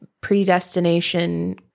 predestination